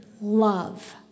love